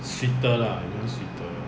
sweeter lah become sweeter